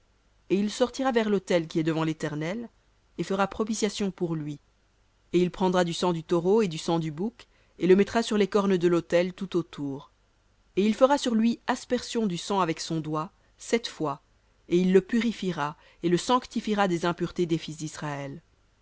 et il sortira vers l'autel qui est devant l'éternel et fera propitiation pour lui et il prendra du sang du taureau et du sang du bouc et le mettra sur les cornes de l'autel tout autour et il fera sur lui aspersion du sang avec son doigt sept fois et il le purifiera et le sanctifiera des impuretés des fils d'israël